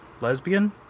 lesbian